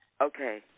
Okay